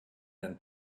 and